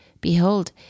Behold